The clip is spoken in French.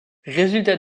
résultats